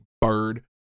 Bird